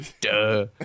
Duh